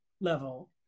level